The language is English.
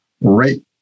right